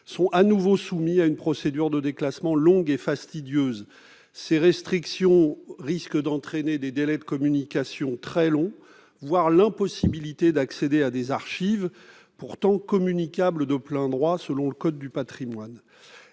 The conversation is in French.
sont de nouveau soumis à une procédure de déclassement longue et fastidieuse. Ces restrictions risquent d'entraîner des délais de communication très longs, voire de rendre impossible l'accès à des archives pourtant communicables de plein droit selon le code du patrimoine.